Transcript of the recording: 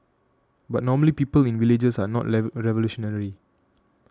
but normally people in villages are not revolutionary